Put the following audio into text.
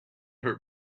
hurt